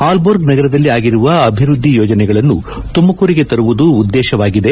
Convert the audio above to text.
Aalborg ನಗರದಲ್ಲಿ ಆಗಿರುವ ಅಭಿವೃದ್ದಿ ಯೋಜನೆಗಳನ್ನು ತುಮಕೂರಿಗೆ ತರುವುದು ಉದ್ದೇಶವಾಗಿದೆ